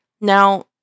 Now